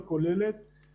בוא נפתור את העניין זה.